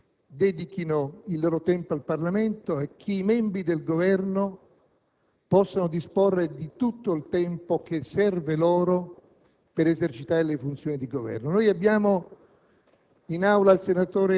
Il Governo, che ha la maggioranza nel Parlamento, ha ritenuto - e io condivido questa linea - che vi sia la necessità che i parlamentari